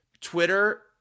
Twitter